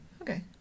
okay